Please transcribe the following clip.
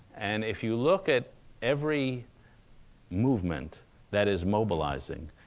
and if you look at every movement that is mobilizing,